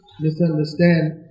Misunderstand